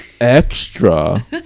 extra